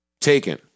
Taken